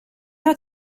not